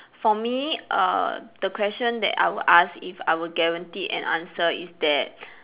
for me err the question that I would ask if I were guaranteed an answer is that